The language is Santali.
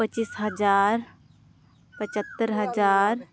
ᱯᱟᱪᱤᱥ ᱦᱟᱡᱟᱨ ᱯᱟᱪᱟᱛᱛᱚᱨ ᱦᱟᱡᱟᱨ